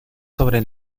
sobre